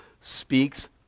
speaks